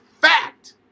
fact